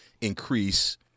increase